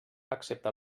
excepte